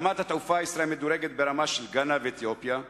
ברמת התעופה ישראל מדורגת ברמה של גאנה ואתיופיה,